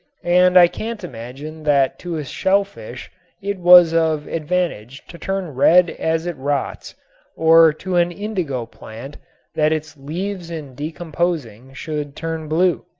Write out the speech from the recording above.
and i can't imagine that to a shellfish it was of advantage to turn red as it rots or to an indigo plant that its leaves in decomposing should turn blue.